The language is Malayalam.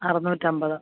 അറുന്നൂറ്റി അമ്പത്